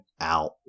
out